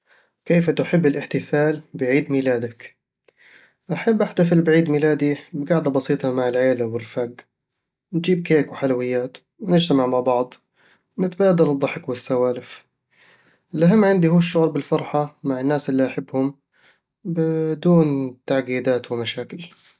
كيف تحب الاحتفال بعيد ميلادك؟ أحب أحتفل بعيد ميلادي بـ قعدة بسيطة مع العيلة والرفاق نجيب كيك وحلويات، ونجتمع مع بعض، ونتبادل الضحك والسوالف الأهم عندي هو الشعور بالفرحة مع الناس اللي أحبهم بدون تعقيدات ومشاكل